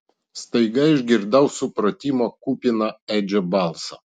staiga išgirdau supratimo kupiną edžio balsą